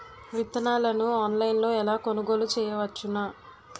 విత్తనాలను ఆన్లైన్లో ఎలా కొనుగోలు చేయవచ్చున?